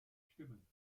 stimmen